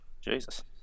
Jesus